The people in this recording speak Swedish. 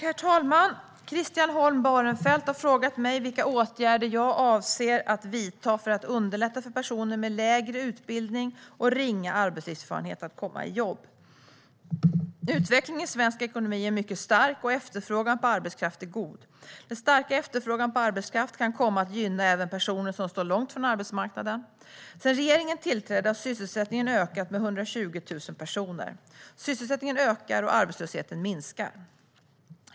Herr talman! Christian Holm Barenfeld har frågat mig vilka åtgärder jag avser att vidta för att underlätta för personer med lägre utbildning och ringa arbetslivserfarenhet att komma i jobb. Utvecklingen i svensk ekonomi är mycket stark, och efterfrågan på arbetskraft är god. Den starka efterfrågan på arbetskraft kan komma att gynna även personer som står långt från arbetsmarknaden. Sedan regeringen tillträdde har sysselsättningen ökat med 120 000 personer. Sysselsättningen ökar och arbetslösheten minskar.